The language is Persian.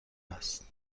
است